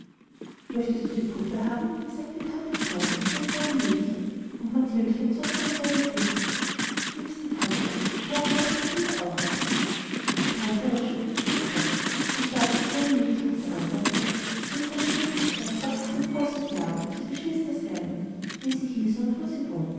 möchtest du die puppe haben sagte die tante freundlich zu dem kleinen mädchen und mathildchen zog sie am kleid und flüsterte liebste tante kaufe dem kinde doch auch eine die tante aber schüttelte den kopf und da das kleine mädchen nicht antwortete sondern verschämt wegsah fragte sie den größten knaben ob sie geschwister seien wie sie hießen und wo sie wohnten